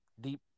deep